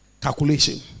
Calculation